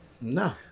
no